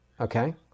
Okay